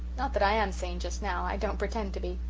not that i am sane just now i don't pretend to be.